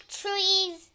trees